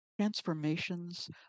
transformations